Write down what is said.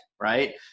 right